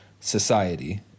society